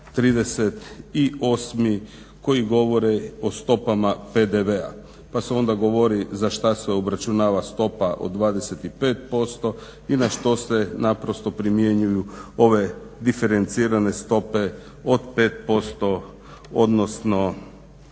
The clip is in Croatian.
38. koji govori o stopama PDV-a. Pa se onda govori za šta se obračunava stopa od 25% i na što se naprosto primjenjuju ove diferencirane stope od 5% odnosno